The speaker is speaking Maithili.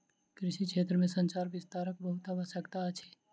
कृषि क्षेत्र में संचार विस्तारक बहुत आवश्यकता अछि